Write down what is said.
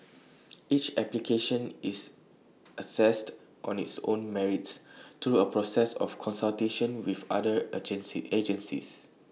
each application is assessed on its own merits through A process of consultation with other agencies